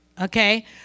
okay